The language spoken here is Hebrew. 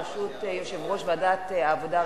ברשות יושב-ראש ועדת העבודה,